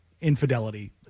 infidelity